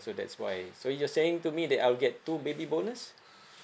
so that's why so you're saying to me then I'll get two baby bonus